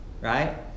right